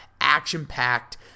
action-packed